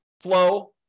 flow